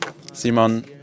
Simon